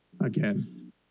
again